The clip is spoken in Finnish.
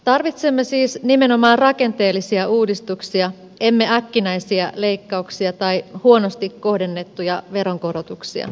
tarvitsemme siis nimenomaan rakenteellisia uudistuksia emme äkkinäisiä leikkauksia tai huonosti kohdennettuja veronkorotuksia